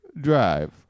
Drive